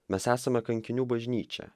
mes esame kankinių bažnyčia